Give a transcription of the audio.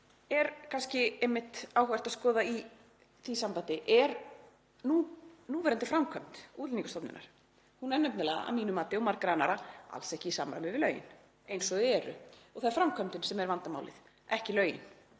Það sem er áhugavert að skoða í því sambandi er núverandi framkvæmd Útlendingastofnunar. Hún er nefnilega, að mínu mati og margra annarra, alls ekki í samræmi við lögin eins og þau eru. Og það er framkvæmdin sem er vandamálið, ekki lögin.